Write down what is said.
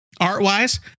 Art-wise